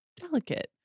delicate